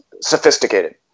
sophisticated